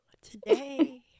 Today